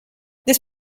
this